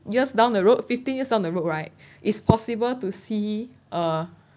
years down the road fifteen years down the road right it's possible to see uh